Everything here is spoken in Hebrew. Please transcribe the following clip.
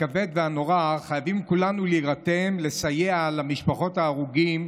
הכבד והנורא חייבים כולנו להירתם לסייע למשפחות ההרוגים,